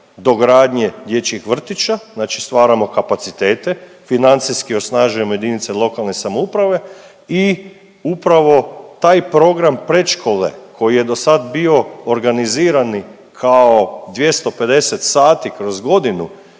dogradnje dječjih vrtića, znači stvaramo kapacitete, financijski osnažujemo JLS i upravo taj program predškole koji je do sad bio organizirani kao 250 sati kroz godinu